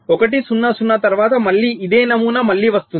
1 0 0 తర్వాత మళ్ళీ ఇదే నమూనా మళ్ళీ వస్తుంది